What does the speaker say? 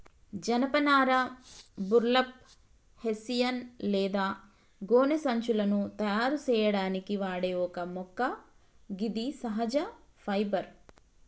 జనపనార burlap, hessian లేదా గోనె సంచులను తయారు సేయడానికి వాడే ఒక మొక్క గిది సహజ ఫైబర్